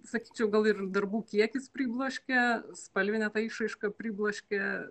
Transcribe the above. sakyčiau gal ir darbų kiekis pribloškia spalvinė išraiška pribloškia